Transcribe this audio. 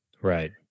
Right